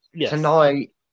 Tonight